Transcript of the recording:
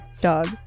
dog